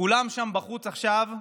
כולם שם בחוץ עכשיו,